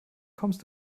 kommst